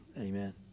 Amen